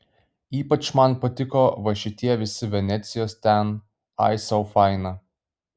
ypač man patiko va šitie visi venecijos ten ai sau faina